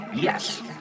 Yes